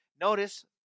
Notice